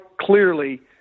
clearly